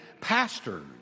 pastors